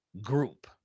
group